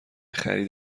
خرید